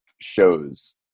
shows